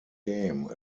game